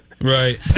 Right